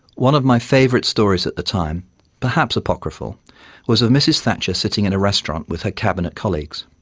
one of my favourite stories at the time perhaps apocryphal was of mrs thatcher sitting in a restaurant with her cabinet colleagues.